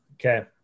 okay